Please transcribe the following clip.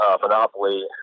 Monopoly